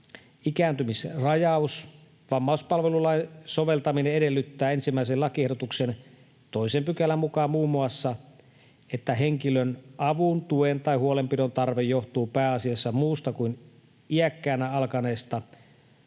ikääntymisrajaus. Vammaispalvelulain soveltaminen edellyttää 1. lakiehdotuksen 2 §:n mukaan muun muassa, että henkilön avun, tuen tai huolenpidon tarve johtuu pääasiassa muusta kuin iäkkäänä alkaneesta ja tyypillisesti